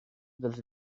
dels